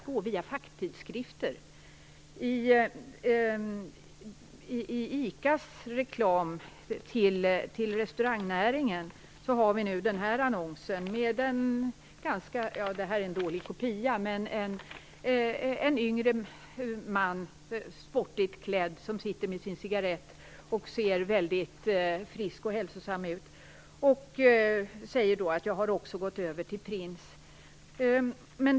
I ICA:s reklam till restaurangnäringen finns en annons med en yngre sportigt klädd man som sitter med en cigarett. Han ser väldigt frisk och hälsosam ut och säger att han också har gått över till Prince.